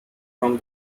from